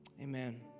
Amen